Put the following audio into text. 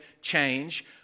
change